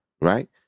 right